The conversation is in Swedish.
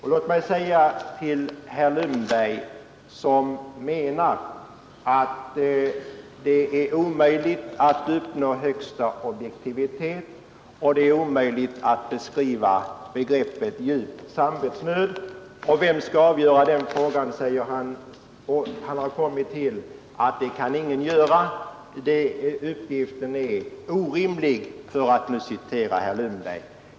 Herr Lundberg menar att det är omöjligt att uppnå högsta objektivitet och att det är omöjligt att beskriva begreppet ”djup samvetsnöd”. Han frågar: Vem skall avgöra den frågan? Han har kommit fram till att det kan ingen göra. Uppgiften är orimlig, för att citera herr Lundberg.